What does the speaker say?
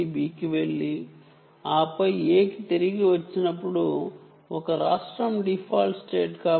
అది A నుండి B కి వెళ్లి ఆపై A కి తిరిగి వచ్చినప్పుడు డిఫాల్ట్ స్టేట్ అవుతుంది